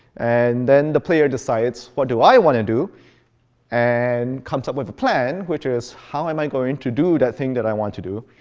and then the player decides, what do i want to do and comes up with a plan, which is how am i going to do that thing that i want to do,